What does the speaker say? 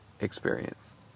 experience